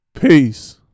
Peace